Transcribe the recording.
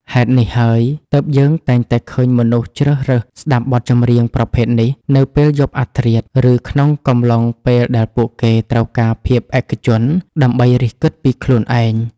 ហេតុនេះហើយ ទើបយើងតែងតែឃើញមនុស្សជ្រើសរើសស្ដាប់បទចម្រៀងប្រភេទនេះនៅពេលយប់អាធ្រាត្រ ឬក្នុងកំឡុងពេលដែលពួកគេត្រូវការភាពឯកជនដើម្បីរិះគិតពីខ្លួនឯង។